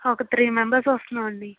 ఒక three members వస్తున్నామండీ